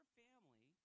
family